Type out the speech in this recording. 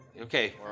Okay